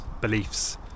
beliefs